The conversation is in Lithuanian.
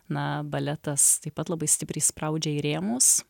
na baletas taip pat labai stipriai spraudžia į rėmus